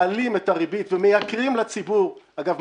מעלים את הריבית ומייקרים לציבור אגב,